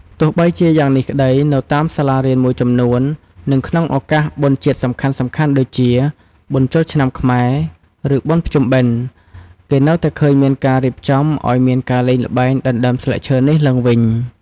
ទោះបីជាយ៉ាងនេះក្តី នៅតាមសាលារៀនមួយចំនួន និងក្នុងឱកាសបុណ្យជាតិសំខាន់ៗដូចជា បុណ្យចូលឆ្នាំខ្មែរ ឬបុណ្យភ្ជុំបិណ្ឌ គេនៅតែឃើញមានការរៀបចំឱ្យមានការលេងល្បែងដណ្ដើមស្លឹកឈើនេះឡើងវិញ។